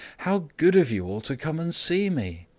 how good of you all to come and see me!